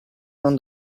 non